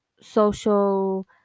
social